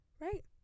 Right